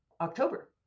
October